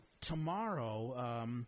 Tomorrow –